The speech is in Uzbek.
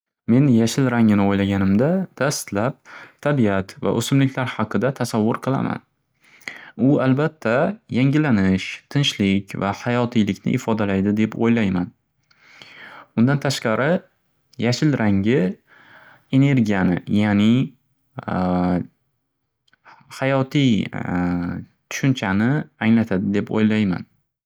Men yashil rangini o'ylaganimda daslab tabiat va o'simliklar haqida tasavvur qilaman. U albatta, yangilanish, tinchlik va hayotiylikni ifodalaydi deb o'ylayman. Undan tashqari, yashil rangi energiyani, yaʼni, hayotiy tushunchani anglatadi deb o'ylayman.